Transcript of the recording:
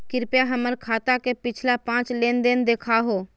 कृपया हमर खाता के पिछला पांच लेनदेन देखाहो